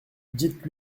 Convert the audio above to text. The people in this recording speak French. dites